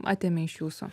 atėmė iš jūsų